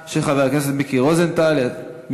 של חבר הכנסת מיקי רוזנטל, קריאה ראשונה.